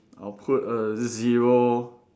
I'll put a zero